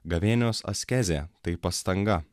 gavėnios askezė tai pastanga